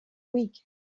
week